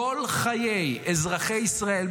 כל חיי אזרחי ישראל,